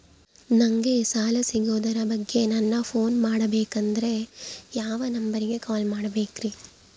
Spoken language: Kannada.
ನಂಗೆ ಸಾಲ ಸಿಗೋದರ ಬಗ್ಗೆ ನನ್ನ ಪೋನ್ ಮಾಡಬೇಕಂದರೆ ಯಾವ ನಂಬರಿಗೆ ಕಾಲ್ ಮಾಡಬೇಕ್ರಿ?